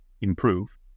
improve